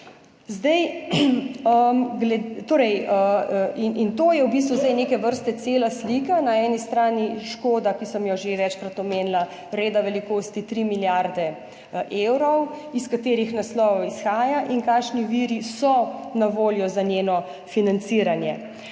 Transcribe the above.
kaj ni smiselno. To je v bistvu zdaj neke vrste cela slika, na eni strani škoda, ki sem jo že večkrat omenila, reda velikosti 3 milijarde evrov, iz katerih naslovov izhaja in kakšni viri so na voljo za njeno financiranje.